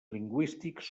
lingüístics